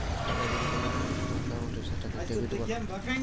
টাকা যদি জমা করে কোন একাউন্টে সেটাকে ডেবিট বলে